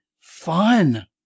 fun